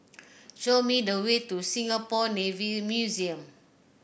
show me the way to Singapore Navy Museum